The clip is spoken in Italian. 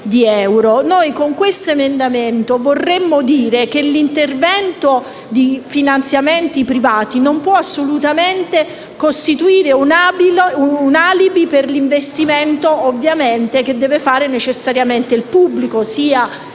euro. Con questo emendamento vogliamo dire che l'intervento di finanziamenti privati non può assolutamente costituire un alibi per eliminare l'investimento che deve necessariamente fare il pubblico,